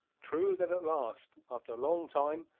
true that at last, after long time,